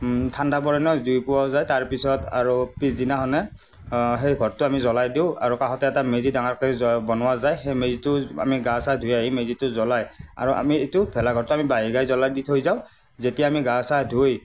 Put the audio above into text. ঠাণ্ডা পৰে ন জুই পুৱা যায় তাৰপিছত আৰু পিছদিনাখনে সেই ঘৰটো আমি জ্ৱলাই দিওঁ আৰু কাষতে এটা মেজি ডাঙৰকেই বনোৱা যায় সেই মেজিটো আমি গা চা ধুই আহি মেজিটো জ্ৱলাই আৰু আমি এইটো ভেলাঘৰটো আমি বাহী গাৰে জ্ৱলাই দি থৈ যাওঁ যেতিয়া আমি গা চা ধুই